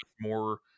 more